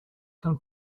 can